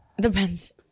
Depends